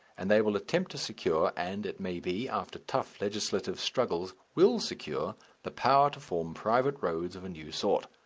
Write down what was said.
and they will attempt to secure, and, it may be, after tough legislative struggles, will secure the power to form private roads of a new sort,